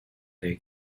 they